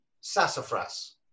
Sassafras